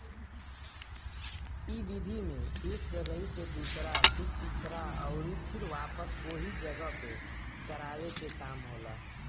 इ विधि में एक जगही से दूसरा फिर तीसरा अउरी फिर वापस ओही जगह पे चरावे के काम होला